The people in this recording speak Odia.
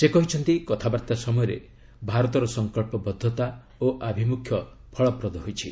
ସେ କହିଛନ୍ତି କଥାବାର୍ତ୍ତା ସମୟରେ ଭାରତର ସଂକଳ୍ପବଦ୍ଧତା ଓ ଆଭିମୁଖ୍ୟ ଫଳପ୍ରଦ ହୋଇଛି